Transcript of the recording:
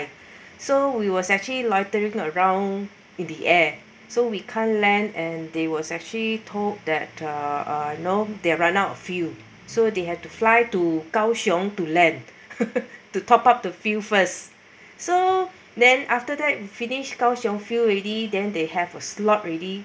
so we was actually loitering around in the air so we can't land and they was actually told that uh you know they're run out of fuel so they had to fly to kaohsiung to land to top up the fuel first so then after that finish kaohsiung filled already then they have a slot already